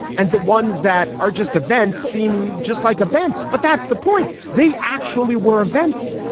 and the ones that are just events seem just like events. but that's the point. they actually were events.